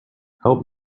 help